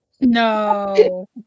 No